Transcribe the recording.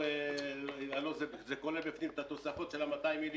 זה כולל בפנים את התוספות של 200,000